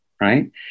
right